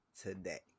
today